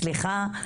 סליחה,